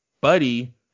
buddy